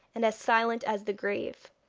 and as silent as the grave.